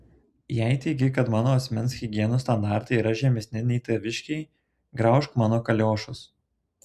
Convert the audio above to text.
jei teigi kad mano asmens higienos standartai yra žemesni nei taviškiai graužk mano kaliošus